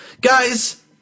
Guys